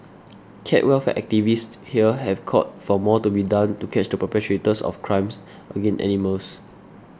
cat welfare activists here have called for more to be done to catch the perpetrators of crimes against animals